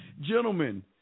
gentlemen